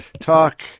talk